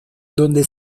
donde